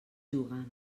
juguen